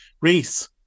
Reese